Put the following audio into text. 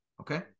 okay